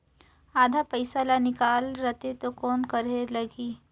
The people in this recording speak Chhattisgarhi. आधा पइसा ला निकाल रतें तो कौन करेके लगही?